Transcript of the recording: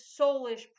soulish